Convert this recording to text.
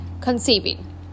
conceiving